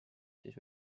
siis